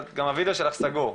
וגם הווידאו שלך סגור.